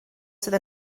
sydd